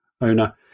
owner